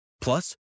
Plus